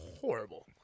horrible